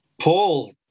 Paul